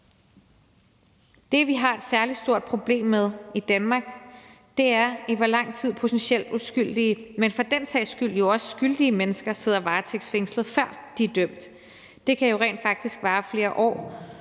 Det, som vi har et særlig stort problem med i Danmark, er, i hvor lang tid potentielt uskyldige, men for den sags skyld jo også skyldige mennesker sidder varetægtsfængslet, før de er dømt. Det kan jo rent faktisk vare flere år,